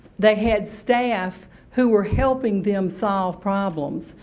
they had staff who were helping them solve problems.